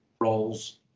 roles